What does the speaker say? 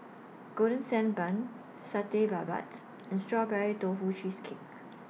Golden Sand Bun Satay Babat and Strawberry Tofu Cheesecake